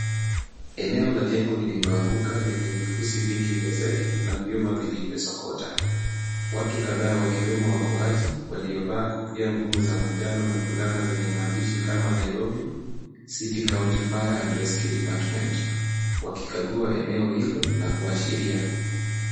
Eneo la jengo lililoanguka lenye vifusi vingi vya zege na vyuma vilivyosokota. Watu kadhaa wakiwemo waokoaji, waliovaa kofia ngumu za manjano na fulana zenye maandishi kama Nairobi City County Fire and Rescue Department wakikagua eneo hilo na kuashiria.